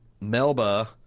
melba